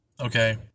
okay